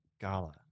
gala